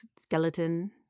skeleton